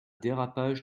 dérapage